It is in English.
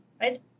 right